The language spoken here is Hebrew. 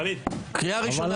ווליד טאהא (רע"מ,